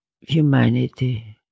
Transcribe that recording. humanity